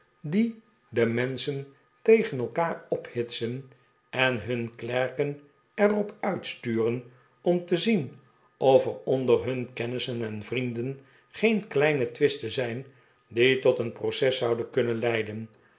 die de menschen tegen elkaar ophitsen en hun klerken er op uitsturen om te zien of er onder hun kennissen en vrienden geen kleine twisten zijn die tot een proces zouden kunnen leiden